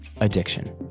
addiction